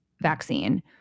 vaccine